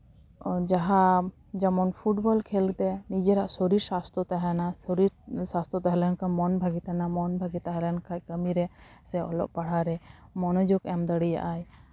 ᱡᱟᱦᱟᱸ ᱡᱮᱢᱚᱱ ᱯᱷᱩᱴᱵᱚᱞ ᱠᱷᱮᱞ ᱛᱮ ᱱᱤᱡᱮᱨᱟᱜ ᱥᱚᱨᱤᱥ ᱥᱟᱥᱛᱷᱚ ᱛᱟᱦᱮᱱᱟ ᱥᱚᱨᱤᱨ ᱥᱟᱥᱛᱷᱚ ᱛᱟᱦᱮᱸ ᱞᱮᱱᱠᱷᱟᱱ ᱢᱚᱱ ᱵᱷᱟᱜᱮ ᱛᱟᱦᱮᱱᱟ ᱢᱚᱱ ᱵᱷᱟᱜᱮ ᱛᱟᱦᱮᱸ ᱞᱮᱱᱠᱷᱟᱡ ᱠᱟᱹᱢᱤᱨᱮ ᱥᱮ ᱚᱞᱚᱜ ᱯᱟᱲᱦᱟᱜ ᱨᱮ ᱢᱚᱱᱚᱡᱚᱜᱽ ᱮᱢ ᱫᱟᱲᱮᱭᱟᱜ ᱟᱭ